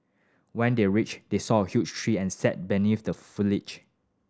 when they reached they saw a huge tree and sat beneath the foliage